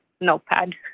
notepad